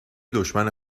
دشمن